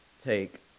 take